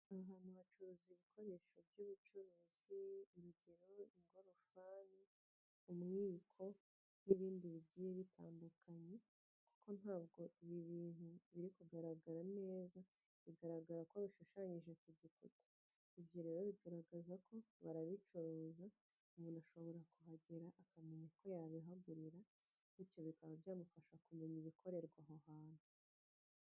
Aha ahantu hacuruza ibikoresho by'ubucuruzi, urugero igorofari, umwiko n'ibindi bigiye bitandukanye kuko ntabwo ibi bintu biri kugaragara neza, bigaragara ko bishushanyije ku gikuta, ibyo rero bigaragaza ko babicuruza umuntu ashobora kuhagera akamenya ko yabihagurira, bityo bikaba byamufasha kumenya ibikorerwa aho hantu.